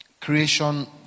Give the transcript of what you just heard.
Creation